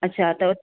अच्छा त